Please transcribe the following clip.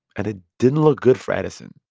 and it didn't look good for edison.